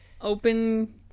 Open